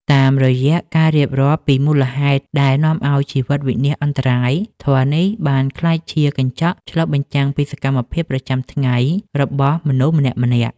តាមរយៈការរៀបរាប់ពីមូលហេតុដែលនាំឱ្យជីវិតវិនាសអន្តរាយ ធម៌នេះបានក្លាយជាកញ្ចក់ឆ្លុះបញ្ចាំងពីសកម្មភាពប្រចាំថ្ងៃរបស់មនុស្សម្នាក់ៗ។